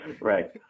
Right